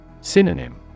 Synonym